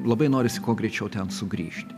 labai norisi kuo greičiau ten sugrįžti